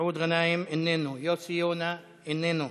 מסעוד גנאים, איננו, יוסי יונה, איננו,